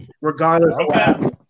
Regardless